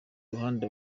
ruhande